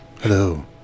Hello